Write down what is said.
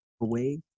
away